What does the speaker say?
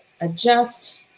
adjust